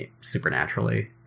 supernaturally